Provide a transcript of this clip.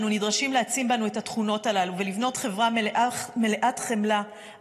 אנו מתבקשים להעצים בנו את התכונות האלה ולבנות חברה מלאת חמלה,